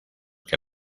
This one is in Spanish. que